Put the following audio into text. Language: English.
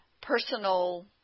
personal